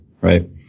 right